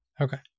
Okay